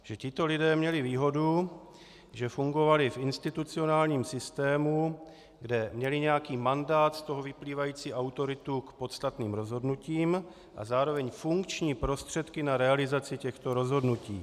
Že tito lidé měli výhodu, že fungovali v institucionálním systému, kde měli nějaký mandát, z toho vyplývající autoritu k podstatným rozhodnutím a zároveň funkční prostředky na realizaci těchto rozhodnutí.